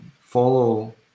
follow